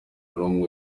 n’umwe